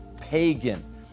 pagan